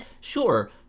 sure